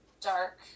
dark